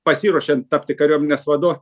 pasiruošiant tapti kariuomenės vadu